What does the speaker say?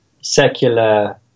secular